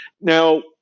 Now